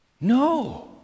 No